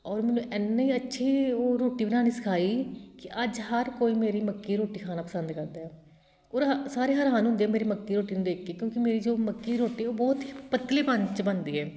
ਔਰ ਮੈਨੂੰ ਐਨੇ ਅੱਛੀ ਉਹ ਰੋਟੀ ਬਣਾਉਣੀ ਸਿਖਾਈ ਕਿ ਅੱਜ ਹਰ ਕੋਈ ਮੇਰੀ ਮੱਕੀ ਰੋਟੀ ਖਾਣਾ ਪਸੰਦ ਕਰਦਾ ਹ ਸਾਰੇ ਹੈਰਾਨ ਹੁੰਦੇ ਮੇਰੀ ਮੱਕੀ ਰੋਟੀ ਨੂੰ ਦੇਖ ਕੇ ਕਿਉਂਕਿ ਮੇਰੀ ਜੋ ਮੱਕੀ ਦੀ ਰੋਟੀ ਬਹੁਤ ਹੀ ਪਤਲੇ ਪਣ 'ਚ ਬਣਦੀ ਹੈ